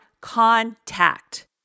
contact